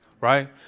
right